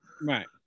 Right